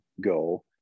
go